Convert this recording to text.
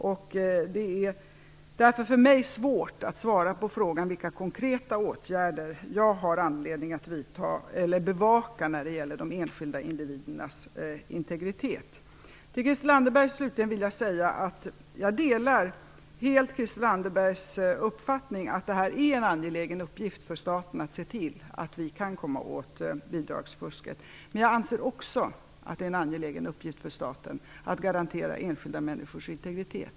Därför är det svårt för mig att svara på frågan vilka konkreta åtgärder jag har anledning att vidta eller bevaka när det gäller de enskilda individernas integritet. Till Christel Anderberg vill jag slutligen säga att jag helt delar hennes uppfattning att det är en angelägen uppgift för staten att se till att vi kan komma åt bidragsfusket. Men jag anser också att det är en angelägen uppgift för staten att garantera enskilda människors integritet.